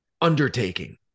undertaking